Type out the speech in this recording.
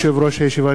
אני מתכבד להודיע,